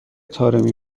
طارمی